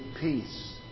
peace